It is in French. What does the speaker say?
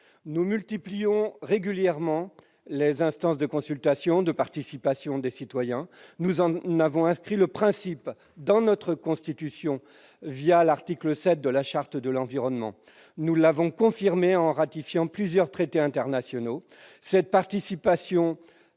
Nous multiplions régulièrement les instances de consultation et de participation des citoyens. Nous en avons d'ailleurs inscrit le principe dans notre Constitution, l'article 7 de la Charte de l'environnement. Nous l'avons confirmé en ratifiant plusieurs traités internationaux. Cette participation